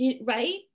right